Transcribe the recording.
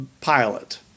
pilot